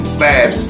bad